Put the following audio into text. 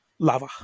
Lava